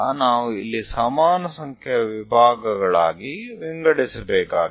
હવે અહીંયા આપણે સમાન સંખ્યાના વિભાગોમાં વહેંચીશું